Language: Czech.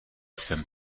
jsem